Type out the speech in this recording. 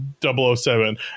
007